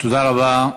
תודה רבה.